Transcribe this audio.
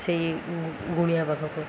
ସେଇ ଗୁଣିଆ ପାଖକୁ